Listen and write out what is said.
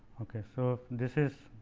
ok. so, this is